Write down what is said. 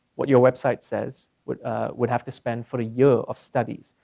what your website says would would have to spend for a year of studies.